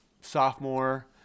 sophomore